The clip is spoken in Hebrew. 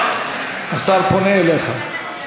תדבר על עמונה גם.